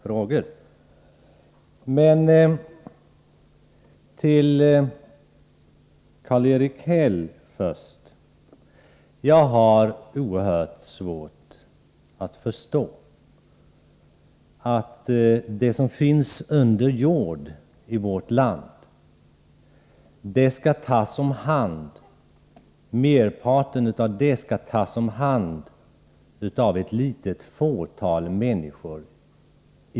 Till Karl-Erik Häll vill jag först säga att jag har oerhört svårt att förstå att merparten av det som finns under jord i vårt land skall tas om hand av ett litet fåtal människor.